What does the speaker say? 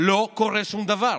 לא קורה שום דבר.